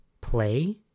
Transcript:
play